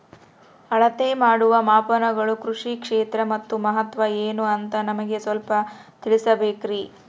ಅಳತೆ ಮಾಡುವ ಮಾಪನಗಳು ಕೃಷಿ ಕ್ಷೇತ್ರ ಅದರ ಮಹತ್ವ ಏನು ಅಂತ ನಮಗೆ ಸ್ವಲ್ಪ ತಿಳಿಸಬೇಕ್ರಿ?